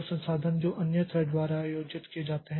तो संसाधन जो अन्य थ्रेड द्वारा आयोजित किए जाते हैं